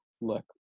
look